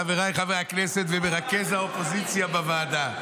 חבריי חברי הכנסת ומרכז האופוזיציה בוועדה,